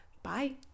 Bye